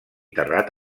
terrat